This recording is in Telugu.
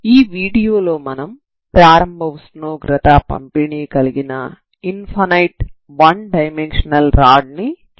ఈ వీడియోలో మనం ప్రారంభ ఉష్ణోగ్రత పంపిణీ కలిగిన infinite one dimensional rod ని చూస్తాము